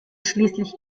schließlich